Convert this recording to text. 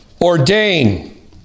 ordain